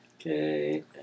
Okay